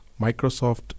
Microsoft